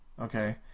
Okay